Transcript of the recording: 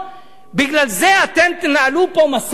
בגלל זה אתם תנהלו פה מסע נגדי?